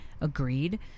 Agreed